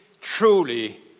truly